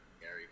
gary